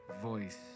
voice